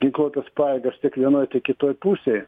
ginkluotas pajėgas tiek vienoj tiek kitoj pusėj